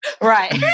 Right